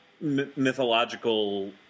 mythological